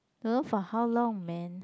don't know for how long man